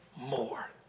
more